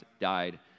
died